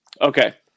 Okay